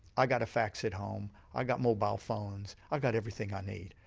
i've got a fax at home, i've got mobile phones, i've got everything i need.